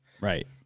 right